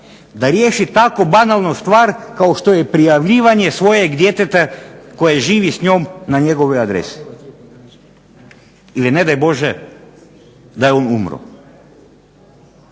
da riješi tako banalnu stvar kao što je prijavljivanje svojeg djeteta koje živi s njom na njegovoj adresi? Ili ne daj Bože da je on umro.